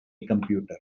computer